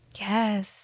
Yes